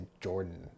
Jordan